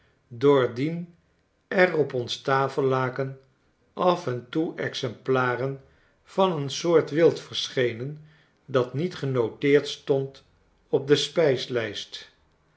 doordien er op ons tafellaken af en toe exemplaren van een soort wild verschenen dat niet genoteerd stond op de